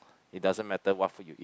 it doesn't matter what food you eat